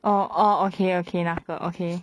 orh orh okay okay 那个 okay